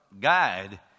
guide